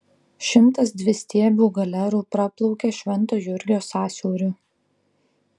šimtas dvistiebių galerų praplaukė švento jurgio sąsiauriu